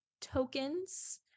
tokens